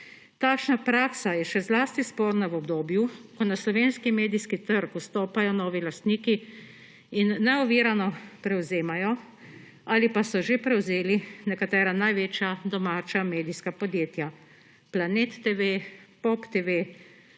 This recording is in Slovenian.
Takšna praksa je še zlasti sporna v obdobju, ko na slovenski medijski trg vstopajo novi lastniki in neovirano prevzemajo ali pa so že prevzeli nekatera največja domača medijska podjetja: Planet TV, POP TV,